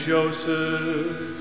Joseph